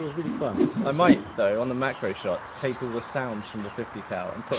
really fun. i might though, on the macro shots, take all the sounds from the fifty cal and